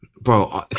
Bro